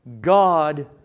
God